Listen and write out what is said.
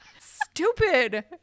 Stupid